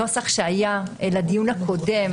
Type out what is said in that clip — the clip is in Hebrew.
בנוסח שהיה לדיון הקודם,